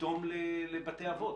פתאום לבתי האבות?